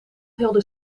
heelde